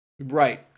Right